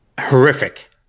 horrific